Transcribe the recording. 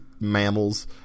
mammals